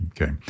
Okay